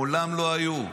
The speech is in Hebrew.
הם מעולם לא היו.